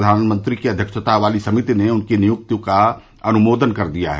प्रधानमंत्री की अध्यक्षता वाली समिति ने उनकी नियुक्ति का अनुमोदन कर दिया है